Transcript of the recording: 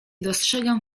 dostrzegam